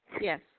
Yes